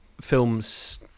film's